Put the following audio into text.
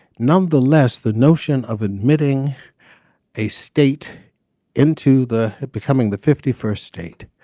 nonetheless the notion of admitting a state into the becoming the fifty first state